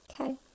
Okay